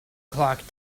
clock